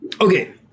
Okay